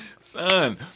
Son